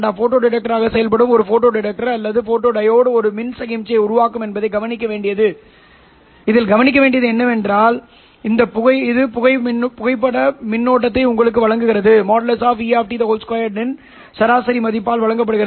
photo டிடெக்டராக செயல்படும் photo detector அல்லது ஃபோட்டோடியோட் ஒரு மின் சமிக்ஞையை உருவாக்கும் என்பதை கவனிக்க வேண்டியது என்னவென்றால் இது புகைப்பட மின்னோட்டத்தை உங்களுக்கு வழங்குகிறது இது | E | 2 இன் சராசரி மதிப்பால் வழங்கப்படுகிறது